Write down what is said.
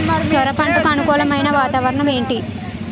సొర పంటకు అనుకూలమైన వాతావరణం ఏంటి?